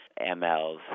mLs